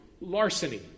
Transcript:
larceny